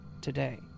today